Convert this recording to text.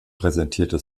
präsentierte